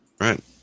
Right